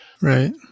right